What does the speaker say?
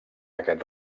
aquest